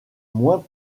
moins